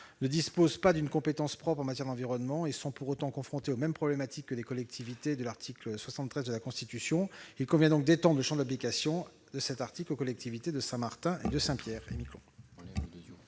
ne disposent pas d'une compétence propre en matière d'environnement. Cependant, ces territoires sont confrontés aux mêmes problématiques que les collectivités de l'article 73 de la Constitution. Il convient donc d'étendre le champ d'application de cet article aux collectivités de Saint-Martin et de Saint-Pierre-et-Miquelon.